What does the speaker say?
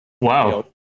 wow